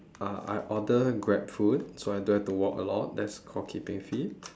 uh I order grab food so I don't have to walk a lot that's called keeping fit